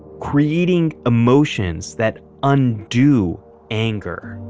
creating emotions that undo anger.